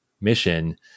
mission